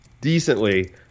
decently